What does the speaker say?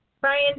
Brian